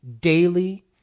daily